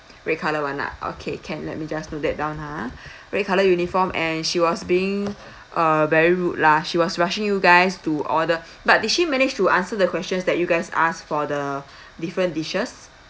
red colour one ah okay can let me just note that down ha red colour uniform and she was uh being very rude lah she was rushing you guys to order but did she manage to answer the questions that you guys asked for the different dishes